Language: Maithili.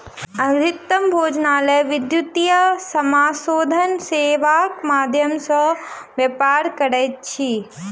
अधिकतम भोजनालय विद्युतीय समाशोधन सेवाक माध्यम सॅ व्यापार करैत अछि